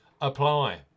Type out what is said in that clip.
apply